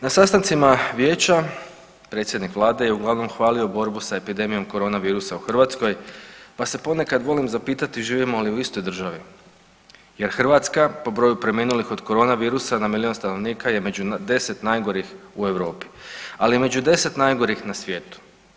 Na sastancima vijeća predsjednik vlade je uglavnom hvalio borbu sa epidemijom koronavirusa u Hrvatskoj, pa se ponekad volim zapitati živimo li u istoj državi jer Hrvatska po broju preminulih od koronavirusa na milijun stanovnika je među 10 najgorih u Europi, ali i među 10 najgorih na svijetu.